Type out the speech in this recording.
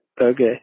okay